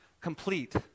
complete